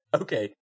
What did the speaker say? Okay